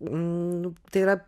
nu tai yra